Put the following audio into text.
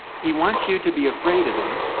he wants you to be afraid of them.